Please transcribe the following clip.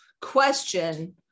question